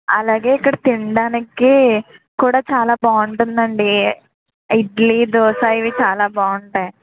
అలాగే ఇక్కడ తినడానికి కూడా చాలా బాగుంటుందండి ఇడ్లీ దోస ఇవి చాలా బాగుంటాయి